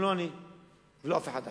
גם לא אני ולא אף אחד אחר.